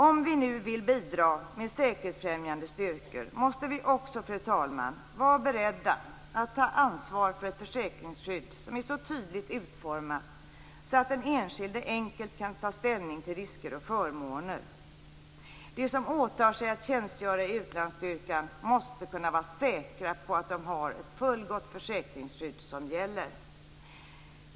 Om vi vill bidra med säkerhetsfrämjande styrkor måste vi också, fru talman, vara beredda att ta ansvar för ett försäkringsskydd som är så tydligt utformat att den enskilde enkelt kan ta ställning till risker och förmåner. De som åtar sig att tjänstgöra i utlandsstyrkan måste kunna vara säkra på att de har ett fullgott försäkringsskydd som gäller.